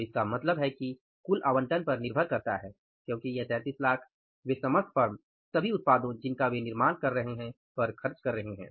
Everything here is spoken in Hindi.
तो इसका मतलब है कि कुल आवंटन पर निर्भर करता है क्योंकि ये 3300000 वे समस्त फर्म सभी उत्पादों जिनका वे निर्माण कर रहे हैं पर खर्च कर रहे हैं